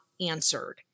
answered